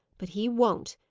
but he won't.